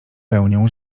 pełnią